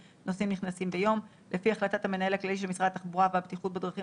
לפי אישור המנהל הכללי של משרד התרבות והספורט,